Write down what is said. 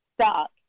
stuck